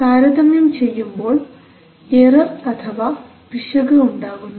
താരതമ്യം ചെയ്യുമ്പോൾ എറർ അഥവാ പിശക് ഉണ്ടാകുന്നു